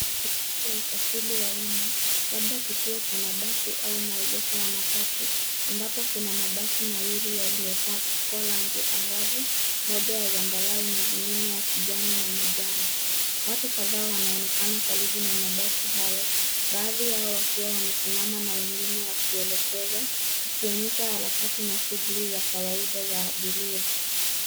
Eneo la usafiri wa umma, labda kituo cha mabasi au maegesho ya matatu ambapo kuna mabasi mawili yaliyopakwa rangi angavu, moja ya zambarau na zingine ya kijani na manjano. Watu kadhaa wanaonekana karibu na mabasi hayo, baadhi yao wakiwa wamesimama na wengine wakielekeza, ikionyesha harakati na shughuli za kawaida za abiria.